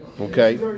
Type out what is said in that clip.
okay